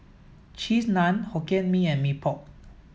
Cheese Naan Hokkien Mee and Mee Pok